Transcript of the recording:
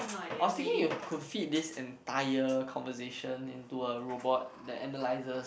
I was thinking if you could fit this entire conversation into a robot that analyses